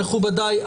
מכובדיי,